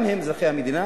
גם הם אזרחי המדינה.